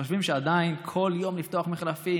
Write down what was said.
שעדיין חושבים שלפתוח כל יום מחלפים